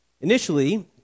Initially